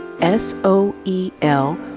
S-O-E-L